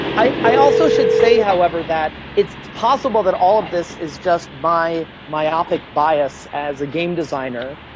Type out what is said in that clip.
i i also should say, however, that it's possible that all of this is just my myopic bias as a game designer.